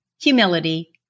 humility